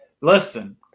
Listen